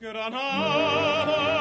Granada